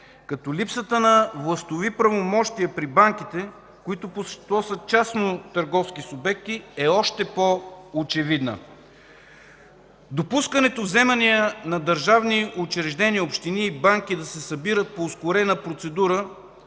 като липсата на властови правомощия при банките, които по същество са частно търговски субекти, е още по-очевидна. Допускането вземания на държавни учреждения, общини и банки да се събират по ускорена процедура